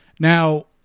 Now